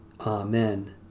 Amen